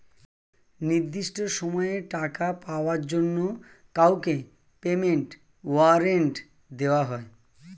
নির্দিষ্ট সময়ে টাকা পাওয়ার জন্য কাউকে পেমেন্ট ওয়ারেন্ট দেওয়া হয়